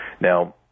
Now